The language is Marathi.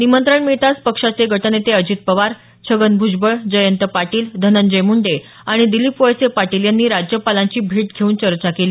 निमंत्रण मिळताच पक्षाचे गटनेते अजित पवार छगन भूजबळ जयंत पाटील धनंजय मुंडे आणि दिलीप वळसे पाटील यांनी राज्यपालांची भेट घेऊन चर्चा केली